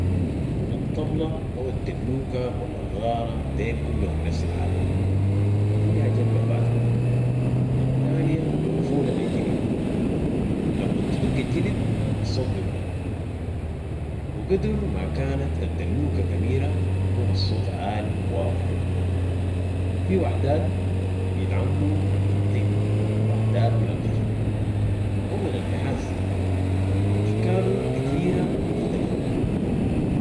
الطبله أو الدلوكه ولا الغاره ديل كلهم نفس الحاجه ، فيها جنبة فاتحة و ألتانية مقفولة بي جلد ولمن تدق الجلد الصوت بمرق وقدر ما كانت الدلوكه كبيره بيكون الصوت عالي و واضح. في وحدات بيتعملو من الطين وحدات من الخشب أو من النحاس أشكالهم كتيرة و مختلفة